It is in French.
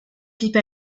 pipe